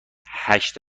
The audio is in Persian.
هشت